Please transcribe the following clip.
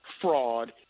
fraud